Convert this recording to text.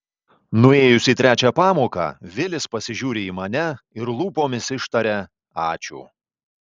nuėjus į trečią pamoką vilis pasižiūri į mane ir lūpomis ištaria ačiū